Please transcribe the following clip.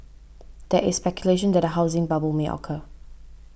there is speculation that a housing bubble may occur